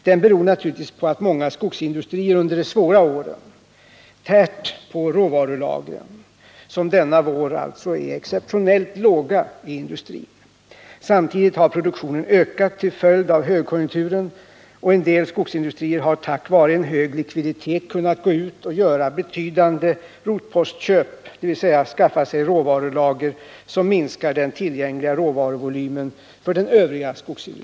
Den beror naturligtvis på att många skogsindustrier under de svåra åren har tärt på råvarulagren som denna vår alltså är exceptionellt låga. Samtidigt har produktionen ökat till följd av högkonjunkturen. och en del skogsindustrier har tack vare en hög likviditet kunnat gå ut och göra betydande rotpostköp. dvs. skaffa sig råvarulager som minskar den tillgängliga råvaruvolymen för den övriga skogsindustrin.